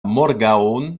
morgaŭon